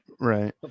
right